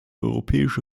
europäische